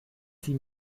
sie